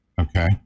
okay